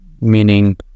meaning